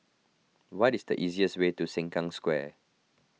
what is the easiest way to Sengkang Square